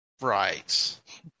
right